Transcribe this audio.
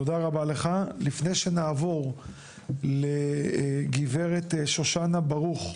תודה רבה לך, לפני שנעבור לגברת שושנה ברוך,